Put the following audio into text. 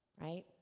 right